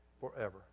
forever